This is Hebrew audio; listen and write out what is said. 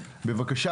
בבקשה,